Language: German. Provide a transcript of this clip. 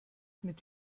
mit